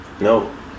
No